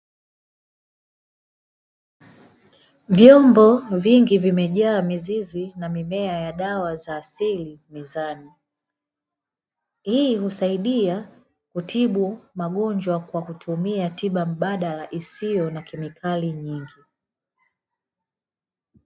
Vyombo vingi vimejaa mizizi na mimea ya dawa za asili mezani. Hii husaidia kutibu magonjwa kwa kutumia tiba mbadala, isiyo na kemikali nyingi.